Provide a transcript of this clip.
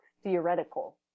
theoretical